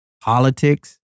politics